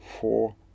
four